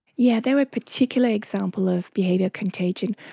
yeah, there are particular examples of behaviour contagion.